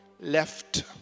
left